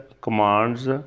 commands